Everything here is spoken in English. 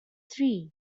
three